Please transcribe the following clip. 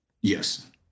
Yes